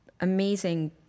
amazing